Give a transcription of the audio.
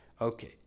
Okay